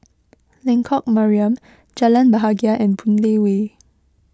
Lengkok Mariam Jalan Bahagia and Boon Lay Way